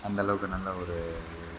அந்தளவுக்கு நல்ல ஒரு